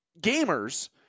gamers